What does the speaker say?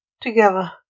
together